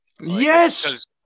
Yes